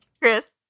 Chris